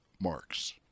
marks